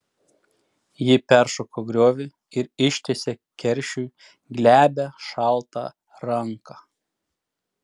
ji peršoko griovį ir ištiesė keršiui glebią šaltą ranką